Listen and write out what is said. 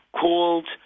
called